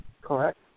Correct